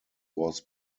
was